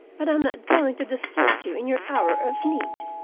but i'm not going to desert you in your hour of need.